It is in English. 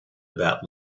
about